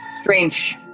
strange